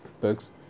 books